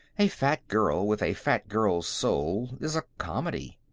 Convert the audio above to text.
a fat girl with a fat girl's soul is a comedy.